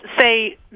say